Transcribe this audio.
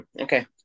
Okay